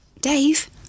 Dave